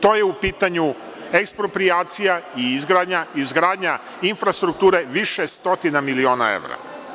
To je u pitanju eksproprijacija i izgradnja infrastrukture više stotina miliona evra.